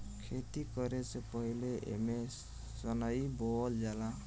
खेती करे से पहिले एमे सनइ बोअल जाला